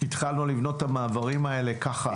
התחלנו לבנות את המעברים האלה ככה,